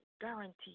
guarantee